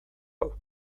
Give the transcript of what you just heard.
hau